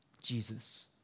Jesus